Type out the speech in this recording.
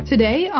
Today